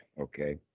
Okay